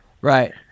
Right